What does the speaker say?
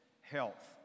health